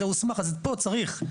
זה הוסמך אז פה צריך,